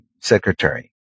secretary